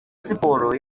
siporo